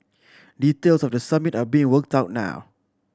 details of the Summit are being worked out now